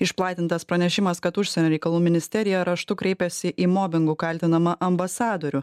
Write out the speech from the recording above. išplatintas pranešimas kad užsienio reikalų ministerija raštu kreipėsi į mobingu kaltinamą ambasadorių